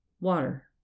water